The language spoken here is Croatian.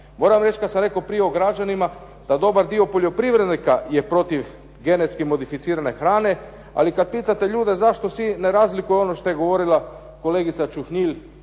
Moram reći kad sam rekao prije o građanima da dobar dio poljoprivrednika je protiv genetski modificirane hrane, ali kad pitate ljude zašto ne razlikuju ono što je govorila kolegica Ćuhnil,